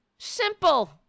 Simple